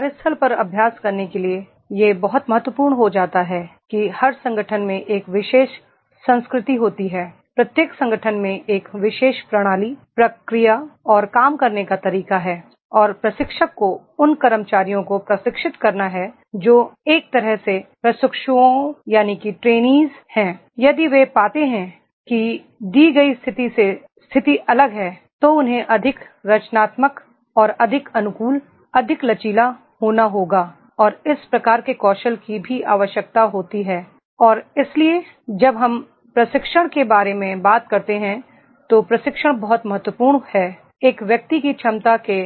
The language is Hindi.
कार्यस्थल पर अभ्यास करने के लिए यह बहुत महत्वपूर्ण हो जाता है कि हर संगठन में एक विशेष संस्कृति होती है प्रत्येक संगठन में एक विशेष प्रणाली प्रक्रिया और काम करने का तरीका है और प्रशिक्षक को उन कर्मचारियों को प्रशिक्षित करना है जो एक तरह से प्रशि क्षुओं हैं यदि वे पाते हैं कि दी गई स्थिति से स्थिति अलग है तो उन्हें अधिक रचनात्मक और अधिक अनुकूल अधिक लचीला होना होगा और इस प्रकार के कौशल की भी आवश्यकता होती है और इसलिए जब हम प्रशिक्षण के बारे में बात करते हैं तो प्रशिक्षण बहुत महत्वपूर्ण है एक व्यक्ति की क्षमता के